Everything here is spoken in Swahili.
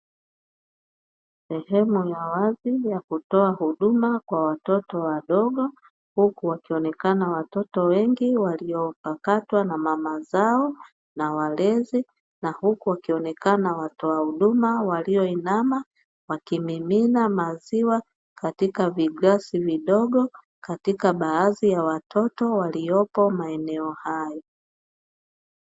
Sehemu ya wazi ya kutoa huduma kwa watoto wadogo, huku wakionekana watoto wengi waliopakatwa na mama zao na walezi, na huku wakionekana watoa huduma walioinama wakimimina maziwa katika viglasi vidogo, katika baadhi ya watoto waliopo maeneo haya.